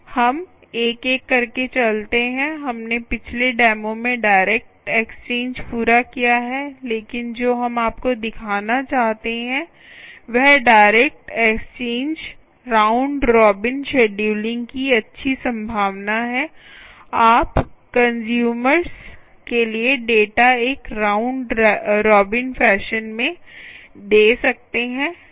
हम एक एक करके चलते हैं हमने पिछले डेमो में डायरेक्ट एक्सचेंज पूरा किया है लेकिन जो हम आपको दिखाना चाहते हैं वह direct exchange round robin scheduling की अच्छी संभावना है आप कंस्यूमरस के लिए डेटा एक राउंड रॉबिन फैशन में दे सकते हैं